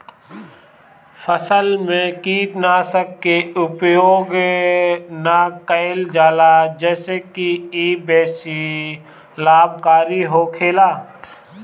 फसल में कीटनाशक के उपयोग ना कईल जाला जेसे की इ बेसी लाभकारी होखेला